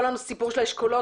כל הסיפור של האשכולות,